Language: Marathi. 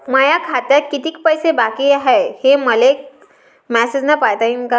माया खात्यात कितीक पैसे बाकी हाय, हे मले मॅसेजन पायता येईन का?